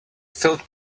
filled